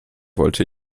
wollte